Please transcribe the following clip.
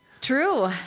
True